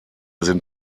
sind